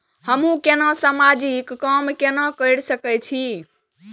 हमू केना समाजिक काम केना कर सके छी?